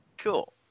cool